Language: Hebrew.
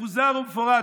מפוזר ומפורד.